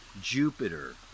Jupiter